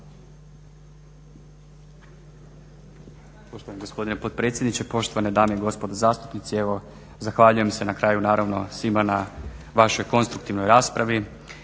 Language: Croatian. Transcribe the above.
Hvala.